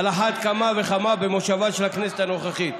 על אחת כמה וכמה במושבה של הכנסת הנוכחית.